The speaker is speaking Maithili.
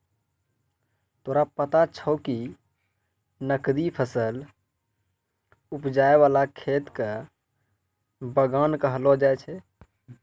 तोरा पता छौं कि नकदी फसल उपजाय वाला खेत कॅ बागान कहलो जाय छै